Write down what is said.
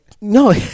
no